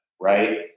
Right